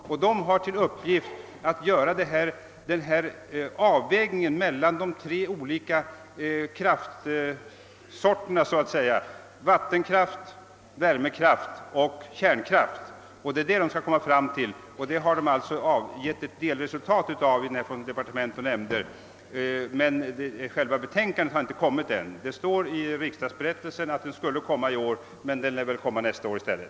Utredningen har till uppgift att göra en avvägning mellan de tre olika kraftslagen — vattenkraft, värmekraft och kärnkraft — och den har också redovisat ett delresultat i en rapport som refererats i Från departement och nämnder. Själva betänkandet har dock inte presenterats ännu. I riksdagsberättelsen står det att det skulle läggas fram i år, men det blir kanske nästa år i stället.